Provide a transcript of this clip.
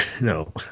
No